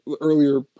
earlier